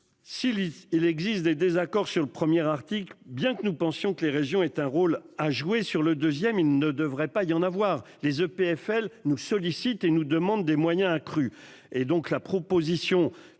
il existe des désaccords sur le premier article bien que nous pensions que les régions aient un rôle à jouer sur le deuxième, il ne devrait pas y en avoir les EPFL nous sollicitent et nous demandent des moyens accrus